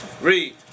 Read